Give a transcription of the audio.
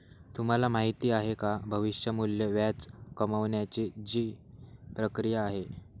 तुम्हाला माहिती आहे का? भविष्य मूल्य व्याज कमावण्याची ची प्रक्रिया आहे